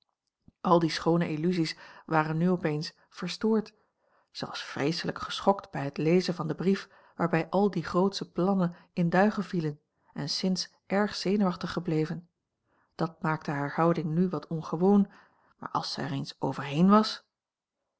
al die schoone illusies waren nu opeens verstoord zij was vreeselijk geschokt bij het lezen van den brief waarbij al die grootsche plannen in duigen vielen en sinds erg zenuwachtig gebleven dat maakte hare houding nu wat ongewoon maar als zij er eens overheen was